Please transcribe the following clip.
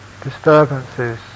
Disturbances